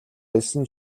элсэн